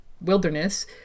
wilderness